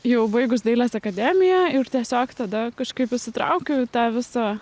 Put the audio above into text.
jau baigus dailės akademiją ir tiesiog tada kažkaip įsitraukiau į tą visa